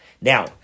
Now